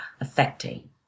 affecting